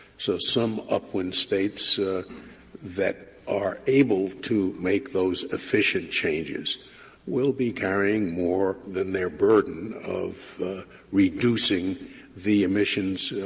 so some upwind states that are able to make those efficient changes will be carrying more than their burden of reducing the emissions